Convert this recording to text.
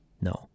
No